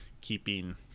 keeping